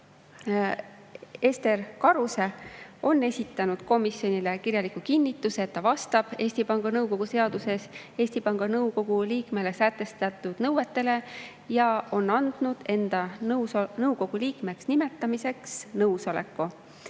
Karuse on esitanud komisjonile kirjaliku kinnituse, et ta vastab Eesti Panga seaduses Eesti Panga Nõukogu liikmele sätestatud nõuetele, ja on andnud enda nõukogu liikmeks nimetamiseks nõusoleku.